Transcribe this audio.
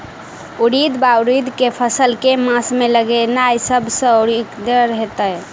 उड़ीद वा उड़द केँ फसल केँ मास मे लगेनाय सब सऽ उकीतगर हेतै?